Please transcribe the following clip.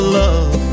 love